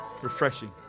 Refreshing